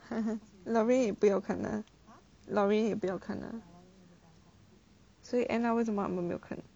loraine 也不要看啊 loraine 也不要看啊所以 end up 为什么他们没有看